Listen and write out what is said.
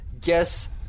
Guess